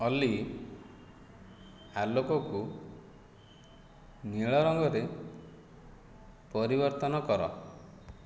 ଅଲି ଆଲୋକକୁ ନୀଳ ରଙ୍ଗରେ ପରିବର୍ତ୍ତନ କର